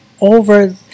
over